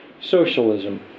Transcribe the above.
socialism